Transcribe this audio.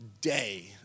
day